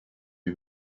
lui